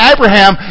Abraham